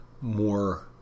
more